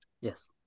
Yes